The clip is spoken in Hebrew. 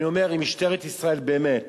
אני אומר, אם משטרת ישראל באמת